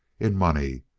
in money.